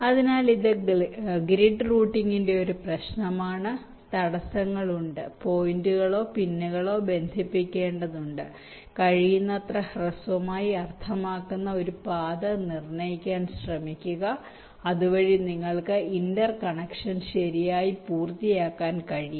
അതിനാൽ ഇത് ഗ്രിഡ് റൂട്ടിംഗിന്റെ പ്രശ്നമാണ് തടസ്സങ്ങളുണ്ട് പോയിന്റുകളോ പിന്നുകളോ ബന്ധിപ്പിക്കേണ്ടതുണ്ട് കഴിയുന്നത്ര ഹ്രസ്വമായി അർത്ഥമാക്കുന്ന ഒരു പാത നിർണ്ണയിക്കാൻ ശ്രമിക്കുക അതുവഴി നിങ്ങൾക്ക് ഇന്റർ കണക്ഷൻശരിയായി പൂർത്തിയാക്കാൻ കഴിയും